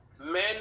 men